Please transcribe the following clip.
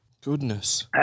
Goodness